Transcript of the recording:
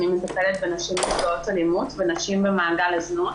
אני מטפלת בנשים נפגעות אלימות ונשים במעגל הזנות.